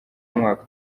umwaka